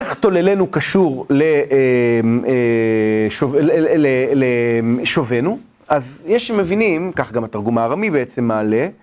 איך תוללנו קשור לשובנו, אז יש שמבינים, כך גם התרגום הארמי בעצם מעלה.